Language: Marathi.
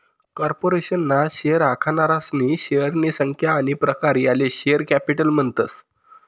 कार्पोरेशन ना शेअर आखनारासनी शेअरनी संख्या आनी प्रकार याले शेअर कॅपिटल म्हणतस